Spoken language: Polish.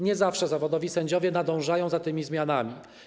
Nie zawsze zawodowi sędziowie nadążają za tymi zmianami.